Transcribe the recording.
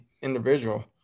Individual